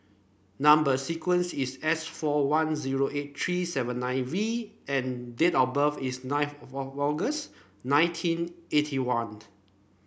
number sequence is S four one zero eight three seven nine V and date of birth is nine August nineteen eighty one